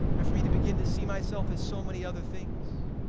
and for me to begin to see myself as so many other things,